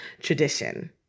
tradition